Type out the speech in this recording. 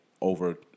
over